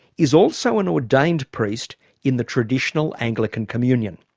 is also an ordained priest in the traditional anglican communion.